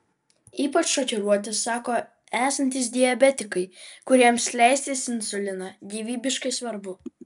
ypač šokiruoti sako esantys diabetikai kuriems leistis insuliną gyvybiškai svarbu